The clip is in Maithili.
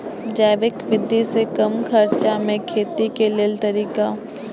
जैविक विधि से कम खर्चा में खेती के लेल तरीका?